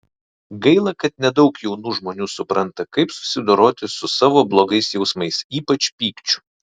gaila kad nedaug jaunų žmonių supranta kaip susidoroti su savo blogais jausmais ypač pykčiu